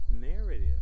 narrative